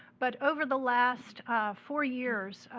but over the last four years,